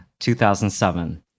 2007